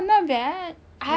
end stall that's why